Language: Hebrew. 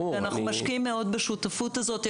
ואנחנו משקיעים מאוד בשותפות הזאת.